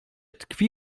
tkwi